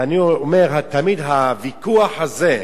ואני אומר, תמיד הוויכוח הזה,